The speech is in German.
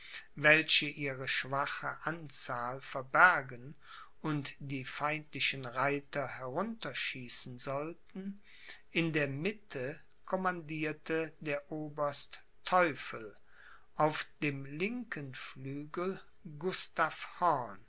welche ihre schwache anzahl verbergen und die feindlichen reiter herunter schießen sollten in der mitte commandierte der oberste teufel auf dem linken flügel